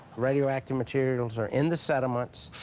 radioactive materials are in the sediments.